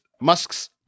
musk's